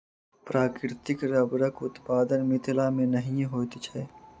प्राकृतिक रबड़क उत्पादन मिथिला मे नहिये होइत छै